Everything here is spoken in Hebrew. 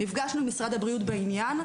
נפגשנו עם משרד הבריאות בעניין.